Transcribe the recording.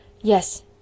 Yes